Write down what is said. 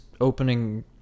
opening